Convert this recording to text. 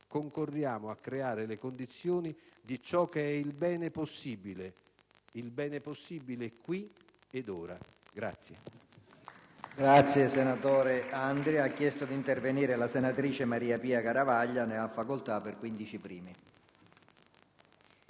concorriamo a creare le condizioni di ciò che è il bene possibile. Il bene possibile qui ed ora.